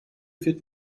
wird